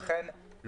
אני מצדד בך.